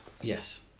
Yes